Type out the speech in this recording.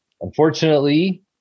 unfortunately